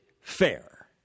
fair